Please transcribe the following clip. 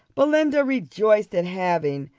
belinda rejoiced at having,